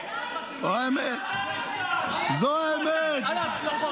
איך אתה עוד נכשל,